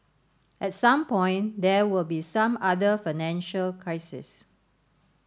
at some point there will be some other financial crises